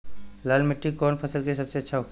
लाल मिट्टी कौन फसल के लिए अच्छा होखे ला?